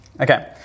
Okay